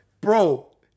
Bro